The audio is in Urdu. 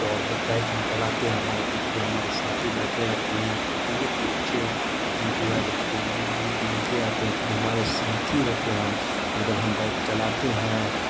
تو اور جب بائک ہم چلاتے ہیں ہمارے پیچھے جب ہمارے ساتھی بیٹھے رہتے ہیں تو بہت ہی اچھے انجوائے لگتی ہیں ہیں کیونکہ ہمارے ساتھی رہتے ہیں اور جب ہم بائک چلاتے ہیں